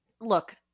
Look